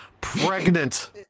pregnant